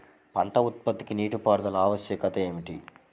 పంట ఉత్పత్తికి నీటిపారుదల ఆవశ్యకత ఏమిటీ?